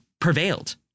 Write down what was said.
prevailed